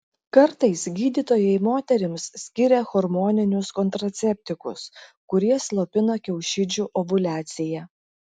kartais gydytojai moterims skiria hormoninius kontraceptikus kurie slopina kiaušidžių ovuliaciją